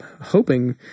hoping